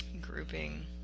Grouping